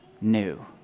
new